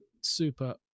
super